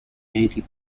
anti